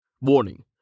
Warning